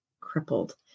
crippled